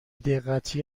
دقتی